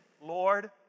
Lord